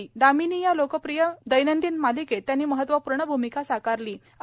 दामिनी या लोकप्रिय दैनंदिन मालिकेत त्यांनी महत्त्वपूर्ण भूमिका साकारली होती